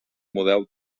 model